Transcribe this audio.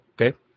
Okay